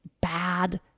bad